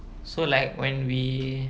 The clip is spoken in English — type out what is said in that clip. so like when we